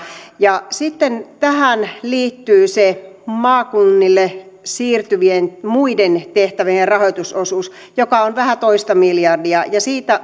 sitten tähän liittyy se maakunnille siirtyvien muiden tehtävien rahoitusosuus joka on vähän toista miljardia siitä